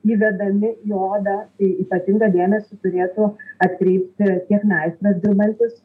įvedami į odą tai ypatingą dėmesį turėtų atkreipti tiek meistras dirbantis